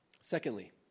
Secondly